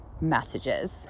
messages